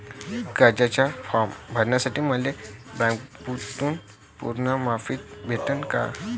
कर्जाचा फारम भरासाठी मले बँकेतून पुरी मायती भेटन का?